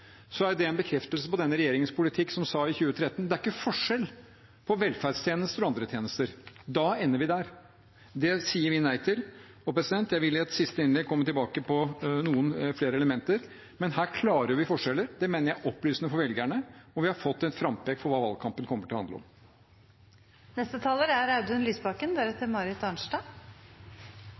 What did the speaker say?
er jo det en bekreftelse på denne regjeringens politikk, der regjeringen i 2013 sa at det ikke er forskjell på velferdstjenester og andre tjenester. Da ender vi der. Det sier vi nei til. Og jeg vil i et siste innlegg komme tilbake til noen flere elementer, men her oppklarer vi forskjeller. Det mener jeg er opplysende for velgerne, og vi har fått et frampek for hva valgkampen kommer til å handle om. Jeg er